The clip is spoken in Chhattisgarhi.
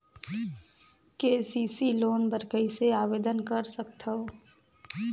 के.सी.सी लोन बर कइसे आवेदन कर सकथव?